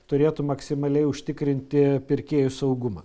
turėtų maksimaliai užtikrinti pirkėjų saugumą